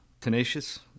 tenacious